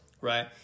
right